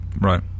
right